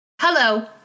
Hello